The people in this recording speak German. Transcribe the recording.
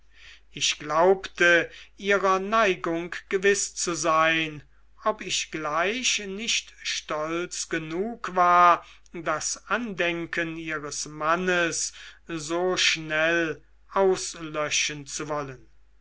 ich glaubte ihrer neigung gewiß zu sein ob ich gleich nicht stolz genug war das andenken ihres mannes so schnell auslöschen zu wollen